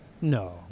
No